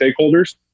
stakeholders